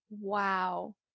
wow